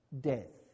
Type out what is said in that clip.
Death